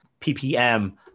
ppm